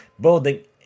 building